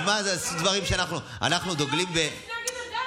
אז מה, דברים שאנחנו דוגלים, אנחנו לא נגד הדת.